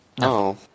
no